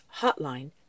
Hotline